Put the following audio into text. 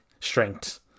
strength